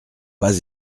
pas